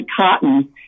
cotton